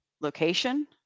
location